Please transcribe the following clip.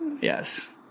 Yes